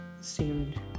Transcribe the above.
seemed